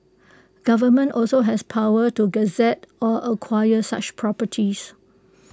government also has powers to gazette or acquire such properties